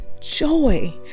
joy